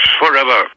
forever